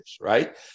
Right